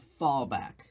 fallback